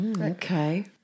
Okay